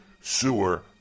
Sewer